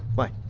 why?